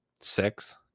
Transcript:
six